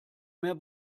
mehr